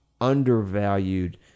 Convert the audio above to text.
undervalued